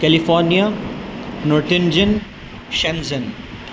California نورٹنجن Shenzhen